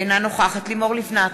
אינה נוכחת לימור לבנת,